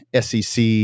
SEC